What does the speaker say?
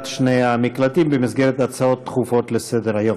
שני המקלטים במסגרת הצעות דחופות לסדר-היום.